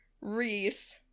reese